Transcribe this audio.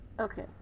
Okay